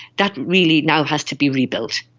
that really now has to be rebuilt.